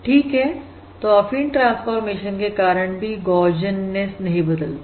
ठीक है तो अफीन ट्रांसफॉर्मेशन के कारण भी गौशियननेस नहीं बदलती